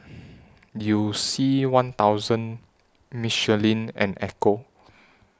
YOU C one thousand Michelin and Ecco